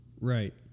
right